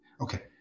Okay